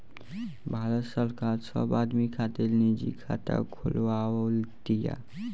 भारत सरकार सब आदमी खातिर निजी खाता खोलवाव तिया